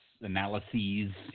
analyses